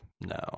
no